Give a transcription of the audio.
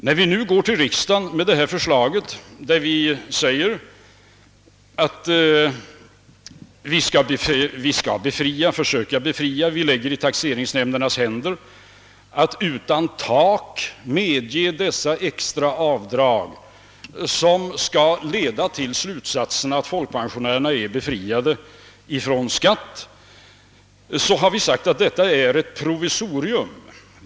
När vi nu gått till riksdagen med ett förslag, som innebär att vi i taxeringsnämndernas händer skall lägga befogenheten att utan tak medge dessa extra avdrag, som skall leda till att folkpensionärerna blir befriade från skatt, har vi samtidigt framhållit att detta är ett provisorium.